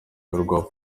ferwafa